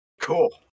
Cool